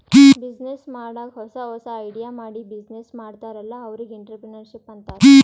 business ಮಾಡಾಗ್ ಹೊಸಾ ಹೊಸಾ ಐಡಿಯಾ ಮಾಡಿ ಬಿಸಿನ್ನೆಸ್ ಮಾಡ್ತಾರ್ ಅಲ್ಲಾ ಅವ್ರಿಗ್ ಎಂಟ್ರರ್ಪ್ರಿನರ್ಶಿಪ್ ಅಂತಾರ್